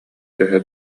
төһө